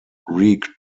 greek